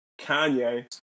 Kanye